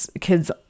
kids